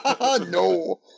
No